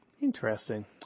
Interesting